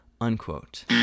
unquote